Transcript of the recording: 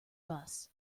bus